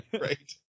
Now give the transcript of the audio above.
Right